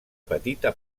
petita